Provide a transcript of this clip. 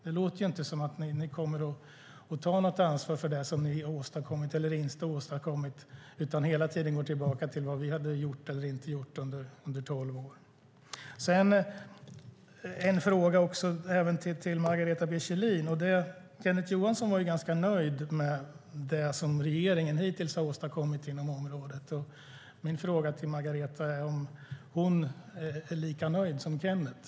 Det låter inte som att ni kommer att ta något ansvar för det ni har eller inte har åstadkommit utan att ni hela tiden hänvisar till vad vi gjorde eller inte gjorde under tolv år. Jag har en fråga till Margareta B Kjellin. Kenneth Johansson var nöjd med det regeringen hittills har åstadkommit på området. Är Margareta lika nöjd som Kenneth?